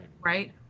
right